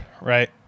right